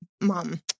mom